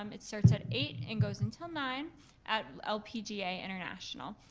um it starts at eight and goes until nine at lpga international.